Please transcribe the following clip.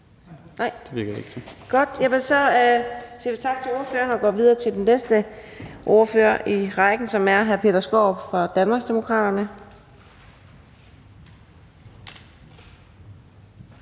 Nej, det er ikke